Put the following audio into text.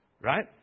right